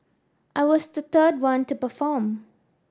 I was the third one to perform